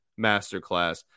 masterclass